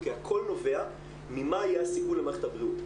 נכון אדוני.